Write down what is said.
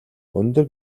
өндөр